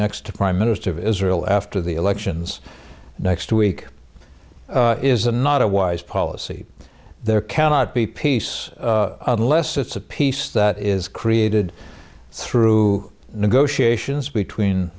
next prime minister of israel after the elections next week is a not a wise policy there cannot be peace unless it's a peace that is created through negotiations between